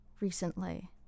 Recently